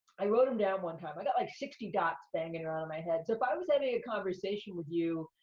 i wrote em down one time. i've got like sixty dots banging around in my head. so if i was having a ah conversation with you,